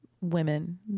women